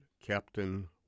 Captain